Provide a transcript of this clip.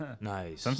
Nice